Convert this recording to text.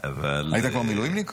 היית כבר מילואימניק?